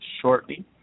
shortly